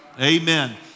Amen